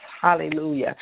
Hallelujah